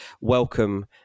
welcome